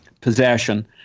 possession